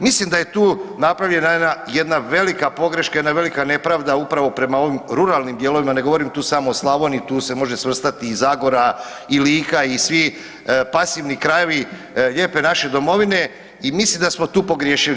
Mislim da je tu napravljena jedna velika pogreška, jedna velika nepravda upravo prema ovim ruralnim dijelovima, ne govorim tu samo o Slavoniji, tu se može svrstati i Zagora i Lika i svi pasivni krajevi lijepe naše domovine i mislim da smo tu pogriješili.